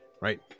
right